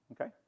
okay